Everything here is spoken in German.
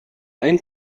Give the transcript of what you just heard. ein